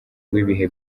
w’ibi